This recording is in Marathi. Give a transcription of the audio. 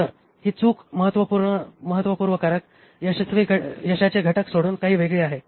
तर ही चूक महत्त्वपूर्ण कारक यशस्वी यशाचे घटक सोडून काही वेगळी आहे